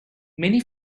many